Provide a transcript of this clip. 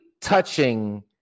touching